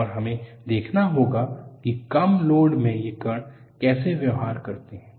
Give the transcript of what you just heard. और हमें देखना होगा की कम लोड मे ये कण कैसे व्यवहार करते हैं